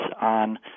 on